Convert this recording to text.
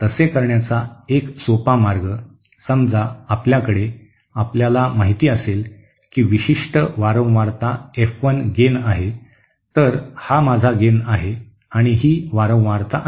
तसे करण्याचा एक सोपा मार्ग समजा आपल्याकडे आपल्याला माहिती असेल की विशिष्ट वारंवारता एफ 1 गेन आहे तर हा माझा गेन आहे आणि ही वारंवारता आहे